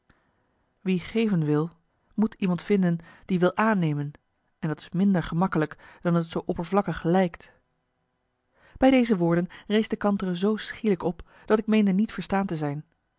wie geven wil moet iemand vinden die wil aannemen en dat is minder gemakkelijk dan het zoo oppervlakkig lijkt bij deze woorden rees de kantere zoo schielijk op dat ik meende niet verstaan te zijn